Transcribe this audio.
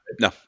no